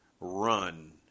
run